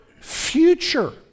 future